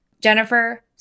jennifer